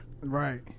right